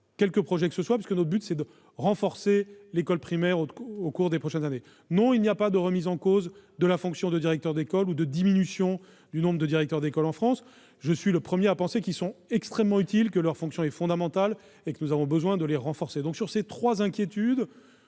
: notre objectif est au contraire de renforcer l'école primaire au cours des prochaines années. Non, il n'y aura pas de remise en cause de la fonction de directeur d'école, ni de diminution du nombre de directeurs d'école ; je suis le premier à penser qu'ils sont extrêmement utiles, que leur fonction est fondamentale et que nous avons besoin de les renforcer. Sur ces trois sujets,